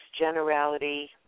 generality